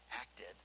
acted